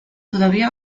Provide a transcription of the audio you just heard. todavía